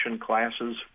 classes